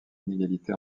inégalités